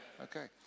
Okay